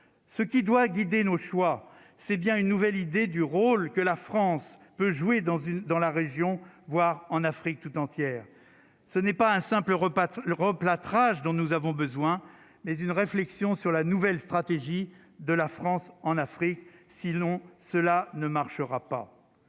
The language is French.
ce qui doit guider nos choix, c'est bien une nouvelle idée du rôle que la France peut jouer dans une, dans la région, voir en Afrique toute entière, ce n'est pas un simple repas le replâtrage dont nous avons besoin, mais une réflexion sur la nouvelle stratégie de la France en Afrique, si l'on cela ne marchera pas,